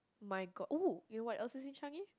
my god oh you know what else is in Changi